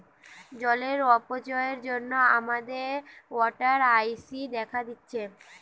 জলের অপচয়ের জন্যে আমাদের ওয়াটার ক্রাইসিস দেখা দিচ্ছে